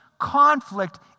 Conflict